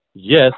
Yes